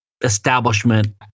establishment